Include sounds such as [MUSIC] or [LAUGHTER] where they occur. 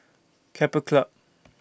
Keppel Club [NOISE]